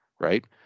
right